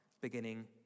beginning